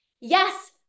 yes